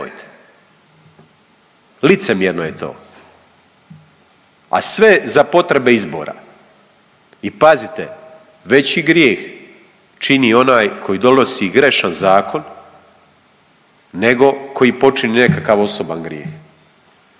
Licemjerno je to, a sve za potrebe izbora. I pazite veći grijeh čini onaj koji donosi grešan zakon, nego koji počini nekakav osoban grijeh,